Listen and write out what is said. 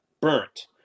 burnt